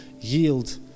yield